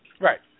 Right